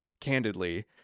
candidly